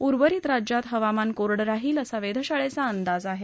उर्वरित राज्यात हवामान कोरडं राहील असा वेधशाळेचा अंदाज आहे